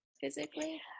physically